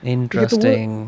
Interesting